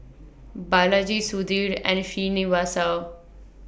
Balaji Sudhir and Srinivasa